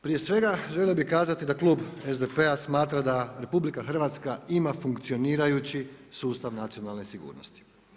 Prije svega, želio bi kazati da klub SDP-a smatra da RH ima funkcionirajući sustav nacionalne sigurnosti.